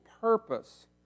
purpose